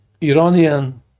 Iranian